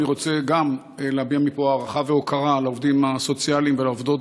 גם אני רוצה להביע מפה הערכה והוקרה לעובדים הסוציאליים ולעובדות.